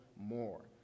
more